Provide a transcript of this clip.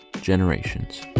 Generations